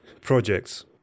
projects